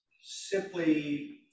simply